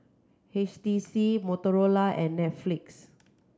H T C Motorola and Netflix